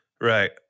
Right